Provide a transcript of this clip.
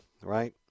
right